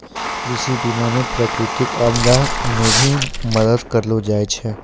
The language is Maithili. कृषि बीमा मे प्रकृतिक आपदा मे भी मदद करलो जाय छै